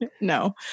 No